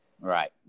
Right